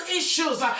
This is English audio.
issues